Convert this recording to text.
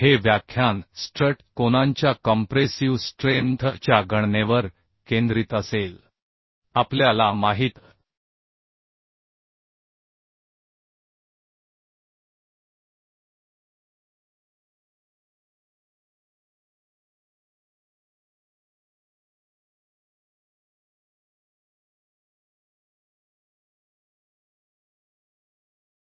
हे व्याख्यान स्ट्रट कोनांच्या कॉम्प्रेसिव स्ट्रेंथ च्या गणनेवर केंद्रित असेल